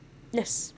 yes